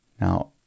Now